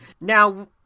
now